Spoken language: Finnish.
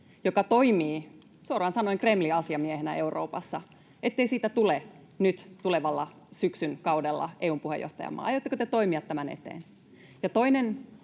joka toimii suoraan sanoen Kremlin asiamiehenä Euroopassa, tule nyt tulevalla syksyn kaudella EU:n puheenjohtajamaa. Aiotteko te toimia tämän eteen?